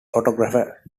photographer